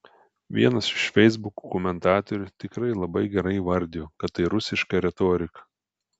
vienas iš feisbuko komentatorių tikrai labai gerai įvardijo kad tai rusiška retorika